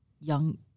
young